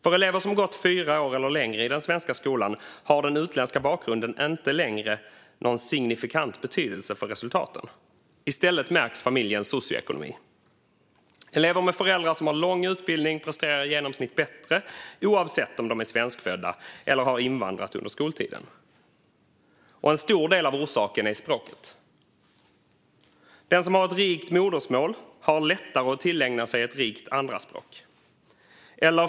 För elever som gått fyra år eller längre i den svenska skolan har den utländska bakgrunden inte längre någon signifikant betydelse för resultaten. I stället märks familjens socioekonomi. Elever med föräldrar som har lång utbildning presterar i genomsnitt bättre, oavsett om de är svenskfödda eller har invandrat under skoltiden. En stor del av orsaken är språket. Den som har ett rikt modersmål har lättare att tillägna sig ett rikt andraspråk.